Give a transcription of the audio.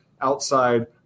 outside